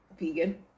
Vegan